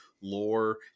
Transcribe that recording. lore